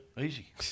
easy